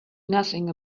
nothing